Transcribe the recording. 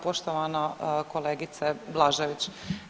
Poštovana kolegice Blažević.